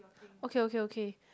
okay okay okay